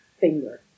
finger